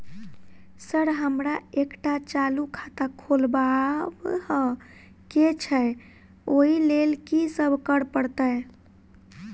Sir हमरा एकटा चालू खाता खोलबाबह केँ छै ओई लेल की सब करऽ परतै?